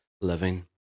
living